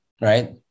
Right